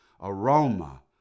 aroma